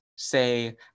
say